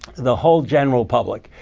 the whole general public.